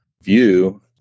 view